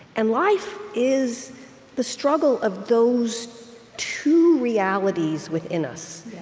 and life is the struggle of those two realities within us.